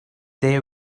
they